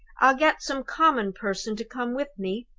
i'll get some common person to come with me,